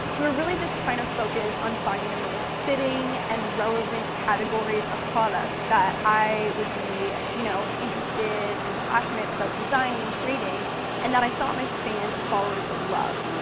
we're really just trying to focus on finding the most fitting and relevant categories of products that i would be you know interested and passionate about designing and creating and that i thought my fans and followers would love.